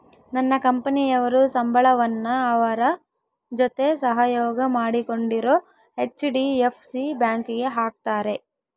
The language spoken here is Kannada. ನನ್ನ ಕಂಪನಿಯವರು ಸಂಬಳವನ್ನ ಅವರ ಜೊತೆ ಸಹಯೋಗ ಮಾಡಿಕೊಂಡಿರೊ ಹೆಚ್.ಡಿ.ಎಫ್.ಸಿ ಬ್ಯಾಂಕಿಗೆ ಹಾಕ್ತಾರೆ